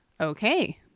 Okay